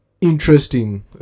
interesting